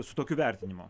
su tokiu vertinimu